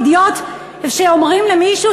אידיוט" שאומרים למישהו,